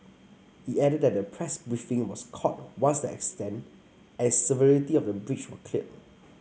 it added that a press briefing was called once the extent and severity of the breach were clear